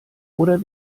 oder